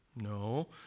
No